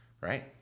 right